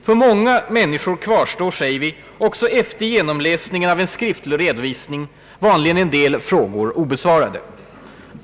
För många människor kvarstår, säger vi, också »efter genomläsning av en skriftlig redovisning vanligen en del frågor obesvarade.